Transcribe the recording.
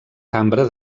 cambra